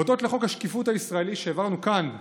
הודות לחוק השקיפות הישראלי שהעברנו כאן,